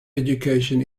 education